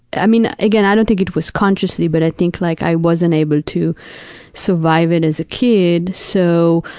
i mean, again, i don't think it was consciously, but i think like i wasn't able to survive it as a kid so,